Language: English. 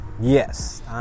Yes